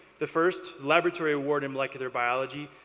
the first, laboratory award in molecular biology,